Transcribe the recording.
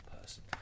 person